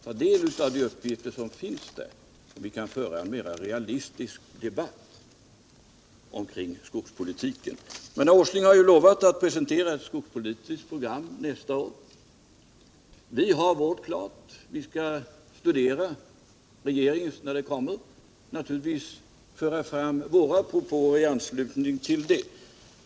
Ta del av de uppgifter som finns där, så att vi sedan kan föra en mera realistisk debatt om skogspolitiken! Herr Åsling har ju lovat att presentera ett skogspolitiskt program nästa år. Vi har vårt program klart. Men vi skall studera regeringens program när det kommer och naturligtvis då föra fram våra propåer i anslutning till det.